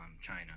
China